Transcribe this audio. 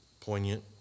poignant